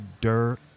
dirt